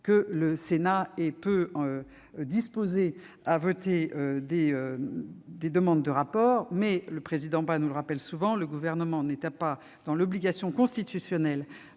assemblée est peu disposée à voter des demandes de rapport, mais, le président Bas nous le rappelle souvent, le Gouvernement n'étant pas dans l'obligation constitutionnelle